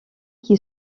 qui